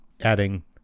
Adding